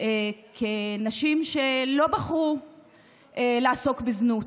כנשים שלא בחרו לעסוק בזנות.